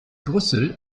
brüssel